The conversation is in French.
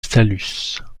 saluces